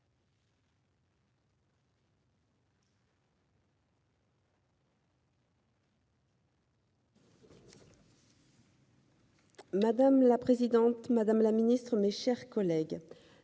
Madame la présidente Madame la Ministre, mes chers collègues